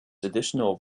additional